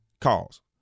calls